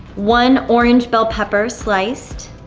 one orange bell peppers sliced.